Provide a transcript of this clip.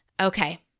Okay